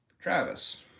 Travis